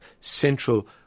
central –